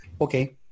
Okay